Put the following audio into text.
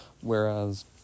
whereas